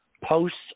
posts